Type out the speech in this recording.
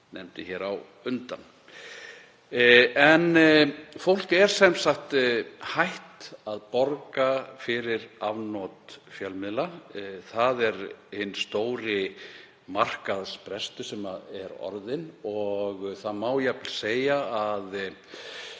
nefndi hér á undan. En fólk er sem sagt hætt að borga fyrir afnot af fjölmiðlum. Það er hinn stóri markaðsbrestur sem er orðinn og jafnvel má segja að